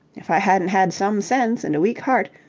if i hadn't had some sense and a weak heart.